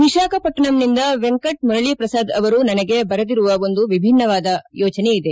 ವಿಶಾಖಪಟ್ಟಣಂನಿಂದ ವೆಂಕಟ್ ಮುರಳೀಪ್ರಸಾದ್ ಅವರು ನನಗೆ ಬರೆದಿರುವದರಲ್ಲೂ ವಿಭಿನ್ನವಾದ ಯೋಚನೆ ಇದೆ